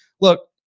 look